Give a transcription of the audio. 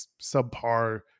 subpar